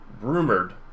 Rumored